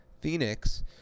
phoenix